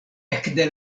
ekde